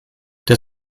der